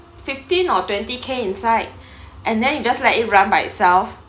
fifteen or twenty_k inside and then you just let it run by itself